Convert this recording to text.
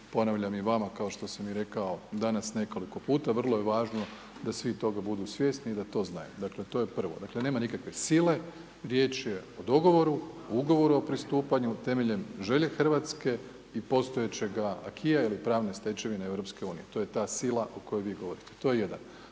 ponavljam i vama, kao što sam i rekao danas nekoliko puta, vrlo je važno da svi toga budu svjesni i da to znaju, dakle, to je prvo, dakle, nema nikakve sile, riječ je o dogovoru, Ugovoru o pristupanju temeljem želje RH i postojećega Akia ili pravne stečevine EU, to je ta sila o kojoj vi govorite, to je jedan.